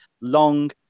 long